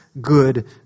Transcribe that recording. good